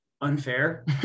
unfair